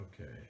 okay